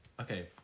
Okay